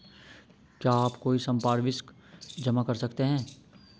क्या आप कोई संपार्श्विक जमा कर सकते हैं?